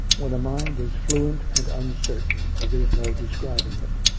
when a mind is fluent and uncertain there is no describ ing it.